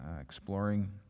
exploring